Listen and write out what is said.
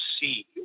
see